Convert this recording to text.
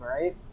Right